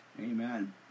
Amen